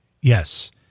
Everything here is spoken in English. Yes